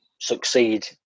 succeed